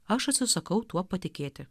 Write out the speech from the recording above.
aš atsisakau tuo patikėti